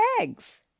eggs